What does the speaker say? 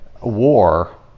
war